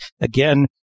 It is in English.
again